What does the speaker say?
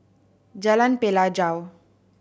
Jalan Pelajau